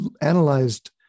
analyzed